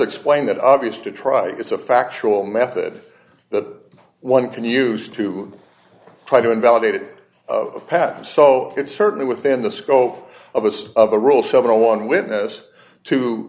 explained that obvious to try is a factual method that one can use to try to invalidate it of a patent so it's certainly within the scope of us of a rule seven or one witness to